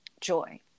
joy